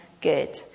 good